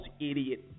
idiot